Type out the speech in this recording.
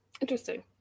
Interesting